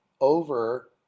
over